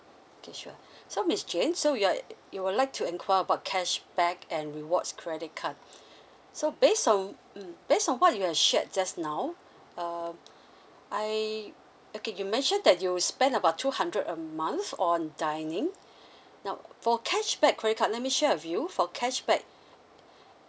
okay sure so miss jane so we are you would like to inquire about cashback and rewards credit card so based on um based on what you are shared just now uh I okay you mentioned that you spend about two hundred a month on dining now for cashback credit card let me share with you for cashback